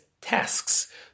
tasks